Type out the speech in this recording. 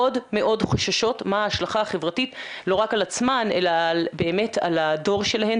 מאוד מאוד חוששות מההשלכה החברתית לא רק על עצמן אלא באמת על הדור שלהן,